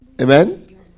Amen